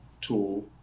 tool